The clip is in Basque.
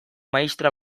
maistra